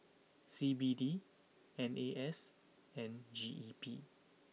C B D N A S and G E P